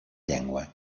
llengua